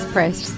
Press